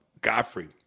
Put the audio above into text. Godfrey